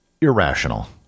irrational